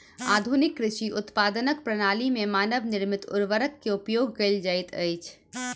आधुनिक कृषि उत्पादनक प्रणाली में मानव निर्मित उर्वरक के उपयोग कयल जाइत अछि